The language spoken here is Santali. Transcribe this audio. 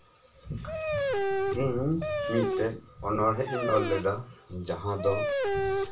ᱤᱧ ᱢᱤᱫᱴᱮᱱ ᱚᱱᱚᱬᱦᱮᱸ ᱤᱧ ᱚᱞ ᱞᱮᱫᱟ ᱡᱟᱦᱟᱸ ᱫᱚ